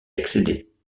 accéder